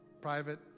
private